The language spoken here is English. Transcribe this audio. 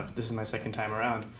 this is my second time around.